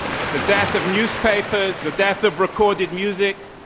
but the death of newspapers, the death of recorded music,